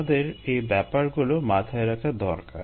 তোমাদের এ ব্যাপারগুলো মাথায় রাখা দরকার